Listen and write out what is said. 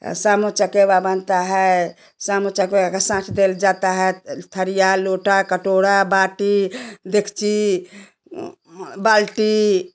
सामो चकेवा बनता है सामो चकोया का सांच देल जाता है थरिया लोटा कटोरा बाटी देकची बाल्टी